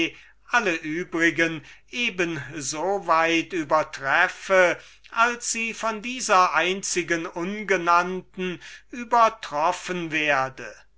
alle übrigen eben so weit übertreffe als sie von dieser einzigen ungenannten übertroffen werde